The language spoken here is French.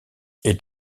est